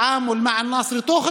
שתקבל את המגיע לה.